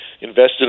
invested